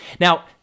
Now